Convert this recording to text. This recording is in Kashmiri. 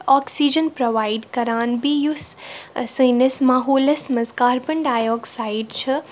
آکسِجَن پرٛووایِڈ کَران بیٚیہِ یُس سٲنِس ماحولَس منٛز کاربَن ڈایکسایِڈ چھِ